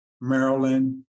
Maryland